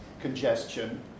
congestion